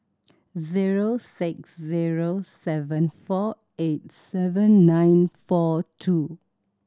zero six zero seven four eight seven nine four two